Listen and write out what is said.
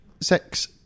six